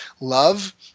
Love